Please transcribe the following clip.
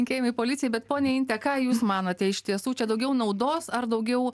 linkėjimai policijai bet ponia inte ką jūs manote iš tiesų čia daugiau naudos ar daugiau